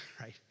right